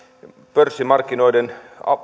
pörssimarkkinoiden